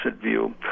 view